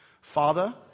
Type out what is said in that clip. Father